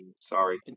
Sorry